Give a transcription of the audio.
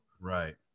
Right